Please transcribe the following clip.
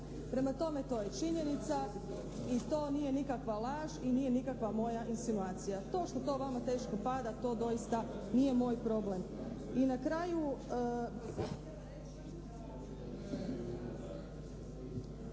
Prema tome, to je činjenica i nije nikakva laž i nije nikakva moja insinuacija. To što to vama teško pada to doista nije moj problem. I na kraju